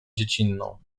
dziecinną